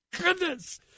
goodness